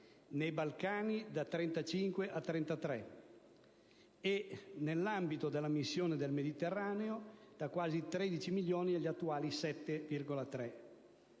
nei Balcani (da circa 35 a 33 milioni), e nell'ambito della missione nel Mediterraneo (da quasi 13 milioni agli attuali 7,3).